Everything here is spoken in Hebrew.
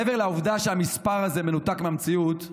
מעבר לעובדה שהמִספָּר הזה מנותק מהמציאות,